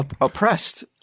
oppressed